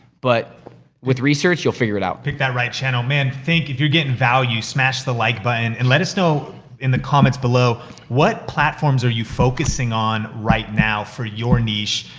but with research, you'll figure it out. pick that right channel. man, man, think if you're gettin' value, smash the like button, and let us know in the comments below what platforms are you focusing on right now for your niche,